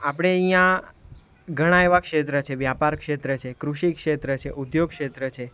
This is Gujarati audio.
આપણે અહીંયાં ઘણા એવા ક્ષેત્ર છે વ્યાપાર ક્ષેત્ર છે કૃષિ ક્ષેત્ર છે ઉદ્યોગ ક્ષેત્ર છે